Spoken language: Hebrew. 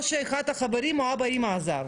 או שאחד החברים או אבא אמא עזרו.